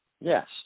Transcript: Yes